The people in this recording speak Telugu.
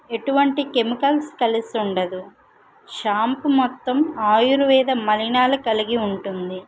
ఎటువంటి కెమికల్స్ కలిసుండదు షాంపూ మొత్తం ఆయుర్వేద మలిణాలు కలిగి ఉంటుంది